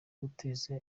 guteza